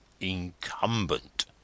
incumbent